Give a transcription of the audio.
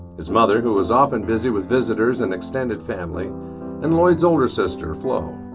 his mother, who was often busy with visitors and extended family and lloyd's older sister flo.